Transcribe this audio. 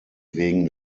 wegen